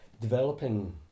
developing